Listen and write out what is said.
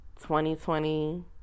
2020